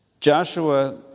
Joshua